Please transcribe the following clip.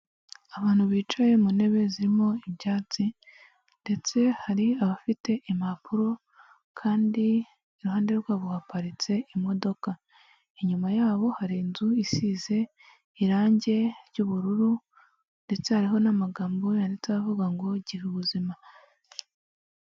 Abantu bicaye mu ntebe zirimo ibyatsi ndetse hari abafite impapuro kandi iruhande rwabo haparitse imodoka, inyuma yabo hari inzu isize irangie ry'ubururu ndetse hariho n'amagambo yanditseho avuga ngo Gira ubuzima.